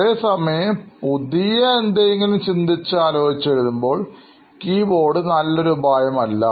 അതേസമയം പുതിയതായി എന്തെങ്കിലും ചിന്തിച്ച് ആലോചിച്ച് എഴുതുമ്പോൾ കീബോർഡ് നല്ലൊരു ഉപായം അല്ല